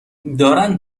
دارند